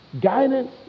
guidance